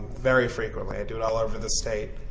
very frequently. i do it all over the state.